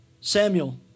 Samuel